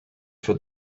for